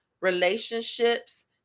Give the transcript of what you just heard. relationships